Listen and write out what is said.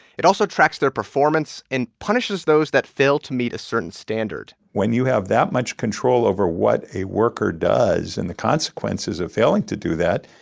it also tracks their performance and punishes those that fail to meet a certain standard when you have that much control over what a worker does and the consequences of failing to do that,